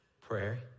Prayer